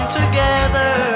together